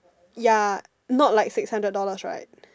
ya not like six hundred dollars right